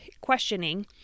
questioning